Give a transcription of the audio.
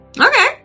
Okay